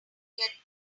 get